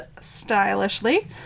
stylishly